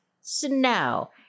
Snow